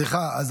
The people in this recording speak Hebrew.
יוסף.